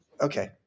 Okay